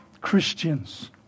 Christians